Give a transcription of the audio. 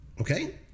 Okay